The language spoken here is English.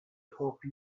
hope